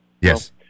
Yes